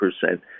percent